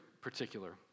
particular